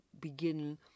begin